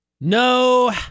No